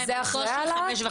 בחודש.